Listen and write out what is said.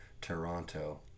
Toronto